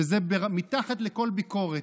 שזה מתחת לכל ביקורת.